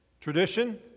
Tradition